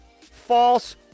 false